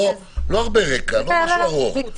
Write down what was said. לא הרבה רקע אבל את הרוב.